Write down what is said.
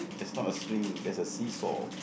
there's much of swing there is a see-saw